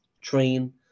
train